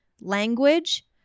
language